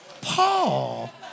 Paul